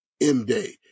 M-Day